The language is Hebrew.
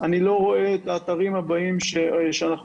אני לא רואה את האתרים הבאים מונגשים.